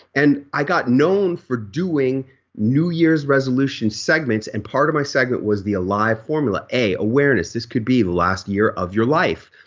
and i got known for doing new year's resolutions segments and part of my segment was the alive formula a, awareness this could be the last year of your life.